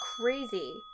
crazy